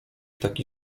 taki